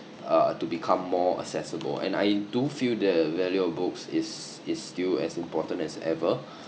uh to become more accessible and I do feel the value of books is is still as important as ever